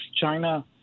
China